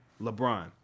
LeBron